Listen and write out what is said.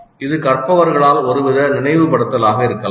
இது கற்பவர்களால் ஒருவித நினைவுபடுத்தலாக இருக்கலாம்